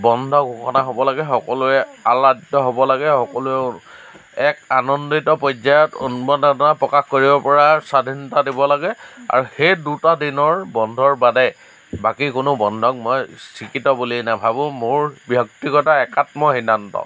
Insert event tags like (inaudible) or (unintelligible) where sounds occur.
বন্ধ ঘোষণা হ'ব লাগে সকলোৱে (unintelligible) হ'ব লাগে সকলোৱে এক আনন্দিত পৰ্য্য়ায়ত উন্মাদনা প্ৰকাশ কৰিব পৰা স্বাধীনতা দিব লাগে আৰু সেই দুটা দিনৰ বন্ধৰ বাদে বাকী কোনো বন্ধক মই স্ৱীকৃত বুলি নাভাবোঁ মোৰ ব্যক্তিগত একাত্ম সিদ্ধান্ত